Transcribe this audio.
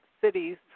cities